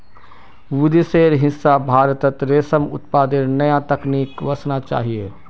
विदेशेर हिस्सा भारतत रेशम उत्पादनेर नया तकनीक वसना चाहिए